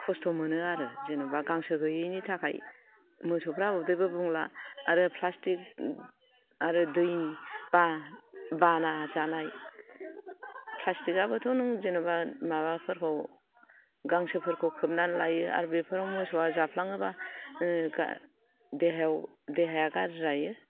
खस्थ' मोनो आरो जेन'बा गांसो गैयैनि थाखाय मोसौफ्रा उदैबो बुंला आरो प्लास्टिक आरो दैबाना जानाय प्लास्टिक आ बोथ' नों जेन'बा माबाफोरखौ गांसोफोरखौ खोबनानै लायो आरो बेफोराव मोसौआ जाफ्लाङोब्ला देहायाव देहाया गाज्रि जायो